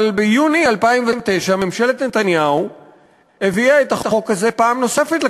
אבל ביוני 2009 ממשלת נתניהו הביאה את החוק הזה פעם נוספת לכנסת,